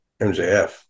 MJF